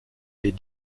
les